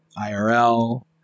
IRL